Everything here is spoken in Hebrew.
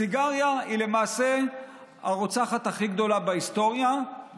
הסיגריה היא למעשה הרוצחת הכי גדולה בהיסטוריה,